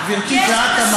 איפה אתה?